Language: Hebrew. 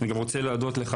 אני רוצה להודות לך,